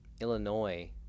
illinois